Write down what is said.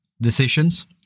decisions